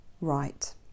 right